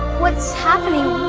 what's happening?